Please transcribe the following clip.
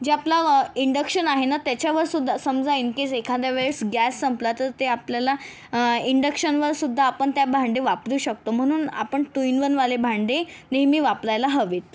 जे आपला इंडक्शन आहे ना त्याच्यावरसुद्धा समजा इनकेस एखाद्यावेळेस गॅस संपला तर ते आपल्याला इंडक्शनवरसुद्धा आपण त्या भांडे वापरू शकतो म्हणून आपण टू इन वनवाली भांडी नेहमी वापरायला हवेत